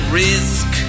risk